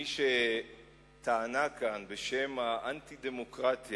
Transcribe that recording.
מי שטענה כאן בשם האנטי-דמוקרטיה,